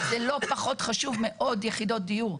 זה לא פחות חשוב מעוד יחידות דיור.